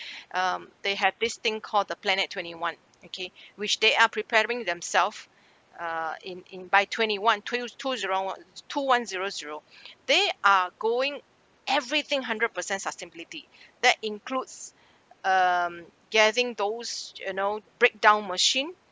um they have this thing call the planet twenty one okay which they are preparing themselves uh in in by twenty one twenty twos two zero one two one zero zero they are going everything hundred percent sustainability that includes um getting those you know breakdown machine